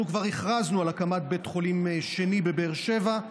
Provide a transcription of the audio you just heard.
אנחנו כבר הכרזנו על הקמת בית חולים שני בבאר שבע,